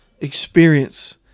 experience